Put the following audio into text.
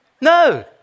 No